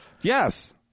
Yes